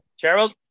Gerald